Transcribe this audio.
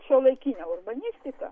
šiuolaikinę urbanistiką